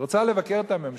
את רוצה לבקר את הממשלה?